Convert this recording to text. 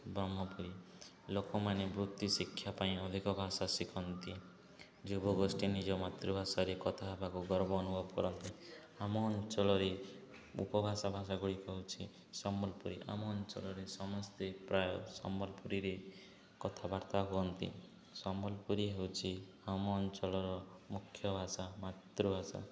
ବ୍ରହ୍ମପୁରୀ ଲୋକମାନେ ବୃତ୍ତି ଶିକ୍ଷା ପାଇଁ ଅଧିକ ଭାଷା ଶିଖନ୍ତି ଯୁବଗୋଷ୍ଠୀ ନିଜ ମାତୃଭାଷାରେ କଥା ହେବାକୁ ଗର୍ବ ଅନୁଭବ କରନ୍ତି ଆମ ଅଞ୍ଚଳରେ ଉପଭାଷା ଭାଷା ଗୁଡ଼ିକ ହେଉଛି ସମ୍ବଲପୁରୀ ଆମ ଅଞ୍ଚଳରେ ସମସ୍ତେ ପ୍ରାୟ ସମ୍ବଲପୁରୀରେ କଥାବାର୍ତ୍ତା ହୁଅନ୍ତି ସମ୍ବଲପୁରୀ ହେଉଛିି ଆମ ଅଞ୍ଚଳର ମୁଖ୍ୟ ଭାଷା ମାତୃଭାଷା